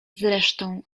zresztą